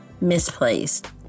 Misplaced